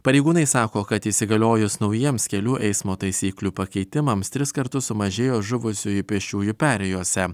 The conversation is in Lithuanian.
pareigūnai sako kad įsigaliojus naujiems kelių eismo taisyklių pakeitimams tris kartus sumažėjo žuvusiųjų pėsčiųjų perėjose